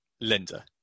lender